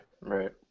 right